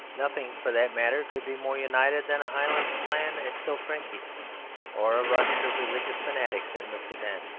nothing, for that matter, could be more united than a highland clan at killiecrankie or a rush of religious fanatics in the soudan.